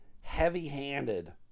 heavy-handed